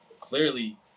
clearly